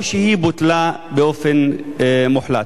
או שהיא בוטלה באופן מוחלט?